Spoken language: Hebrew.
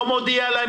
לא מודיע להם,